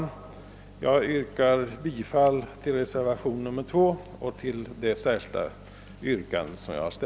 Jag vidhåller mitt yrkande om bifall till reservationen 2 och till mitt särskilda yrkande.